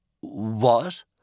What